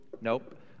Nope